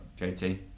JT